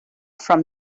from